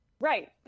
right